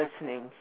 listening